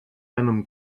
venom